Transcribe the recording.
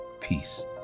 peace